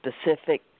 specific